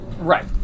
Right